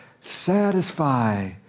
satisfy